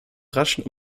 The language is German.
raschen